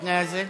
מתנאזל,